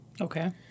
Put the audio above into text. Okay